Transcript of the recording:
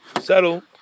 settle